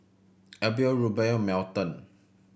Abel Rubye and Melton